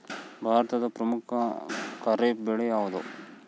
ಭಾರತದ ಪ್ರಮುಖ ಖಾರೇಫ್ ಬೆಳೆ ಯಾವುದು?